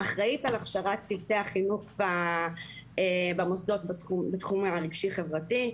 אחראית על הכשרת צוותי החינוך במוסדות בתחום הרגשי-חברתי.